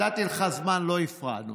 נתתי לך זמן, לא הפרענו.